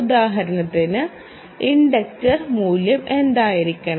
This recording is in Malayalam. ഉദാഹരണത്തിന് ഇൻഡക്റ്റർ മൂല്യം എന്തായിരിക്കണം